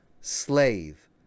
slave